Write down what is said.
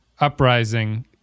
uprising